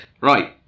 Right